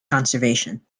conservation